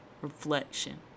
Reflection